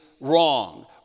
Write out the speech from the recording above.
wrong